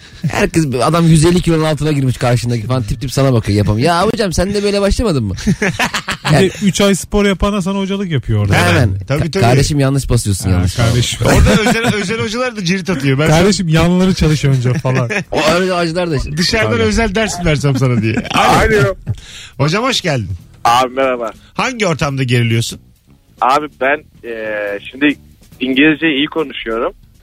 Her kız bir adam 150 kilonun altına girmiş karşındaki falan. Tip tip sana bakıyor, yapamıyor. Ya hocam sen de böyle başlamadın mı? Bir de Yani- üç ay spor yapan da sana hocalık yapıyor orada. Hemen. Tabii, Ka- tabii. kardeşim yanlış basıyorsun, Ha, yanlış falan. kardeşim. Orada özel- özel hocalar da cirit atıyor. Ben şöyle- Kardeşim yanları çalışıyor önce falan. O arada hocalar da- Dışarıdan Pardon. özel dersim versem sana diye. Alo. Alo. Hocam hoş geldin. Abi merhaba. Hangi ortamda geriliyorsun? Abi ben, eee, şimdi İngilizceyi iyi konuşuyorum.